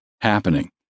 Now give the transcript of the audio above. happening